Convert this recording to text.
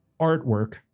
artwork